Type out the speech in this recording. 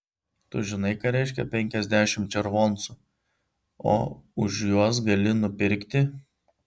tu žinai ką reiškia penkiasdešimt červoncų o už juos gali nupirkti